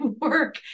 work